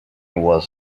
was